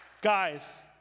Guys